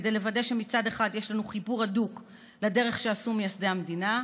כדי לוודא שמצד אחד יש לנו חיבור הדוק לדרך שעשו מייסדי המדינה,